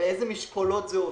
ובאיזה משקולות זה עובד.